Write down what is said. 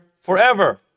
forever